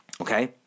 okay